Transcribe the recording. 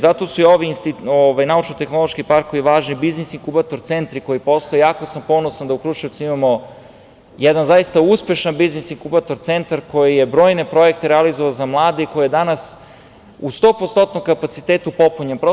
Zato su i ovi naučno-tehnološki parkovi važni, Biznis inkubator centri koji postoje, jako sam ponosan da u Kruševcu imamo jedan zaista uspešan Biznis inkubator centar koji je brojne projekte realizovao za mlade, koji je danas u 100% kapacitetu popunjen prostor.